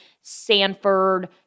sanford